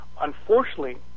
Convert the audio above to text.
Unfortunately